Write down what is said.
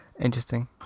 interesting